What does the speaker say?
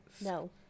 No